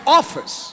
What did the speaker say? office